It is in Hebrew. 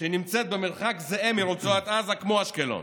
שנמצאת במרחק זהה מרצועת עזה, כמו אשקלון.